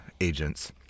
agents